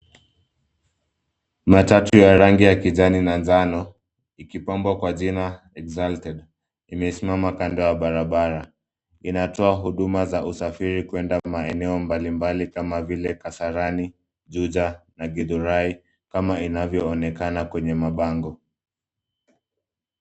Matatu ya rangi ya kijani na njano, ikipambwa kwa jina exalted .Limesimama Kando ya barabara. Inatoa huduma za usafiri kuenda maeneo mbali mbali kama vile Kasarani, Juja na Githurai kama inavyoonekana kwenye mabango.